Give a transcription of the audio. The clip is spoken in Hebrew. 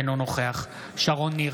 אינו נוכח שרון ניר,